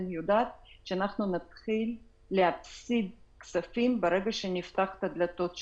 אבל אני יודעת שאנחנו נתחיל להפסיד כספים ברגע שנפתח את הדלתות שלנו.